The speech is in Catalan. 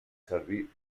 servir